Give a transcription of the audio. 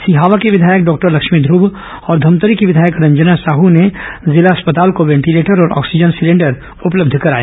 सिहावा की विघायक डॉक्टर लक्ष्मी ध्रव और धमतरी की विधायक रंजना साहू ने जिला अस्पताल को वेंटिलेटर और ऑक्सीजन सिलेंडर उपलब्ध कराए